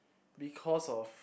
because of